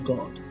God